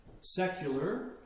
secular